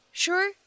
sure